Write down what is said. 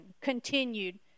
continued